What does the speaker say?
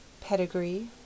Pedigree